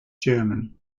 german